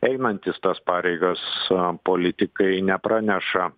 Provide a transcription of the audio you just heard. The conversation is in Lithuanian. einantys tas pareigas politikai nepraneša